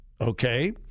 Okay